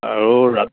আৰু ৰাতি